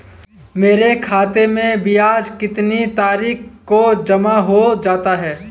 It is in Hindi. मेरे खाते में ब्याज कितनी तारीख को जमा हो जाता है?